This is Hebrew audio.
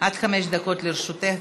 עד חמש דקות לרשותך,